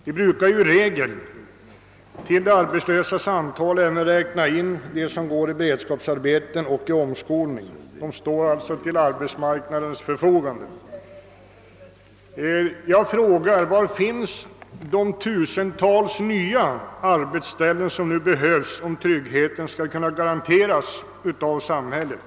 Vi brukar ju till de arbetslösas antal räkna även de som sysselsätts i beredskapsarbeten och de som går på omskolningskurser — de står till arbetsmarknadens förfogande. Jag frågar: Var finns de tusentals nya arbetsställen som nu behövs om tryggheten skall kunna garanteras av samhället?